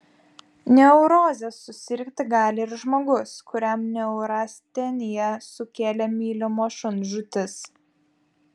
neuroze susirgti gali ir žmogus kuriam neurasteniją sukėlė mylimo šuns žūtis